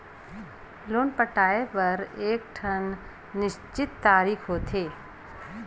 loan पटाए बर एकठन निस्चित तारीख होथे